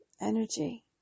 energy